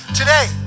today